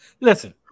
Listen